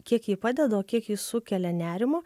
kiek ji padeda o kiek ji sukelia nerimo